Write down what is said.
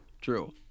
True